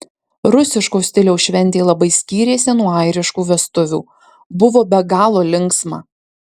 rusiško stiliaus šventė labai skyrėsi nuo airiškų vestuvių buvo be galo linksma